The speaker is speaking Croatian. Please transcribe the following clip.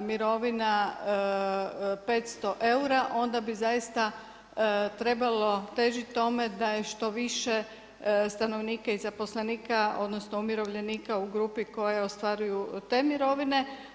mirovina 500 eura onda bi zaista trebalo težiti tome da je što više stanovnika i zaposlenika odnosno umirovljenika u grupi koje ostvaruju te mirovine.